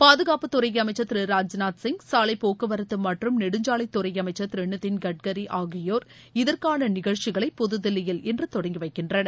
பாதுகாப்புத் துறை அமைச்சர் திரு ராஜ்நாத் சிங் சாலை போக்குவரத்து மற்றும் நெடுஞ்சாலைத் துறை அமைச்சர் திரு நிதின் கட்கரி ஆகியோர் இதற்கான நிகழ்ச்சிகளை புதுதில்லியில் இன்று தொடங்கி வைக்கின்றனர்